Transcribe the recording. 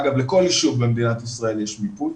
אגב, לכל יישוב במדינת ישראל יש מיפוי.